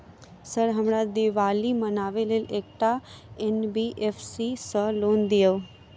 Sir हमरा दिवाली मनावे लेल एकटा एन.बी.एफ.सी सऽ लोन दिअउ?